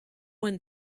one